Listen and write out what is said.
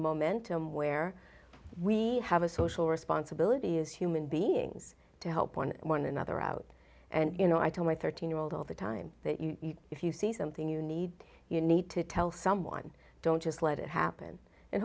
momentum where we have a social responsibility as human beings to help one one another out and you know i tell my thirteen year old all the time that you if you see something you need you need to tell someone don't just let it happen and